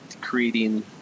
creating